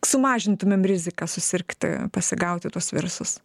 sumažintumėm riziką susirgti pasigauti tuos virusus